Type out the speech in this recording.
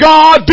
God